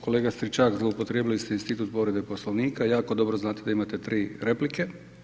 Kolega Stričak, zloupotrijebili ste institut povrede Poslovnika, jako dobro znate da imate tri replike.